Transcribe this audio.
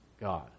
God